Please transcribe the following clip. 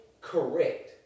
Correct